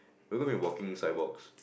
we're gonna be walking sidewalks